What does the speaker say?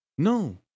No